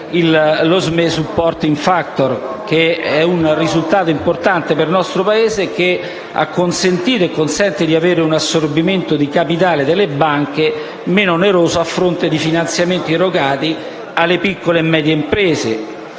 lo *SME supporting factor*, un risultato importante per il nostro Paese, che ha consentito e consente di avere un assorbimento di capitale delle banche meno oneroso, a fronte di finanziamenti erogati alle piccole e medie imprese.